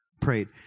prayed